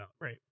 Right